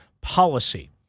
policy